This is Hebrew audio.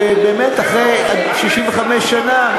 ובאמת, אחרי 65 שנה,